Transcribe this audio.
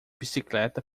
bicicleta